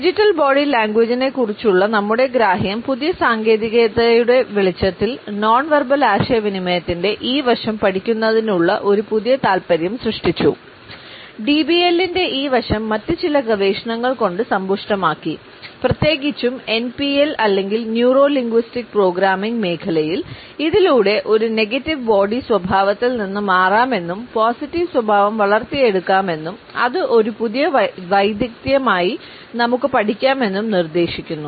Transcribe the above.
digital body ലാംഗ്വേജിനെക്കുറിച്ചുള്ള മേഖലയിൽ ഇതിലൂടെ ഒരു നെഗറ്റീവ് ബോഡി സ്വഭാവത്തിൽ നിന്ന് മാറാമെന്നും പോസിറ്റീവ് സ്വഭാവം വളർത്തിയെടുക്കാം എന്നും അത് ഒരു പുതിയ വൈദഗ്ധ്യമായി നമുക്ക് പഠിക്കാമെന്നും നിർദ്ദേശിക്കുന്നു